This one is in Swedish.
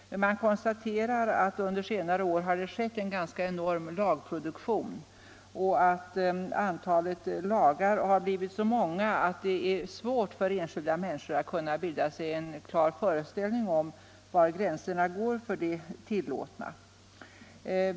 Det har ju under senare år skett en oerhört omfattande lagproduktion, och antalet lagar har blivit så många att det är svårt för enskilda människor att bilda sig en klar föreställning om var gränserna går för det tillåtna.